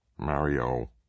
mario